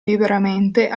liberamente